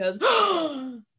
goes